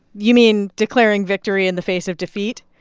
you mean declaring victory in the face of defeat?